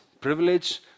privilege